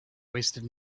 wasted